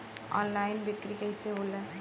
Online बिक्री कैसे होखेला?